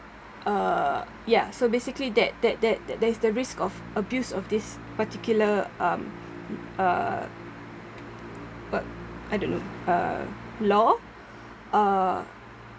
uh ya so basically that that that that is the risk of abuse of this particular um uh what I don't know uh law uh